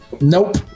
Nope